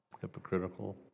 hypocritical